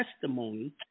testimony